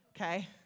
okay